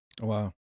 Wow